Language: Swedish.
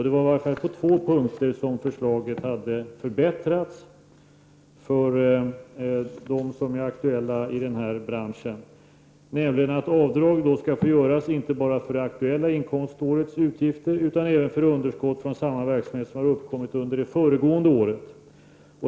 Det var i vart fall på två punkter som det hade skett förbättringar för dem som är aktuella i den här branschen. Den ena var att avdrag skall få göras inte bara för det aktuella inkomstårets utgifter utan även för underskott för samma verksamhet som uppkommit under det föregående året.